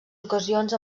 ocasions